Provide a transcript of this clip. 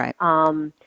Right